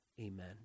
amen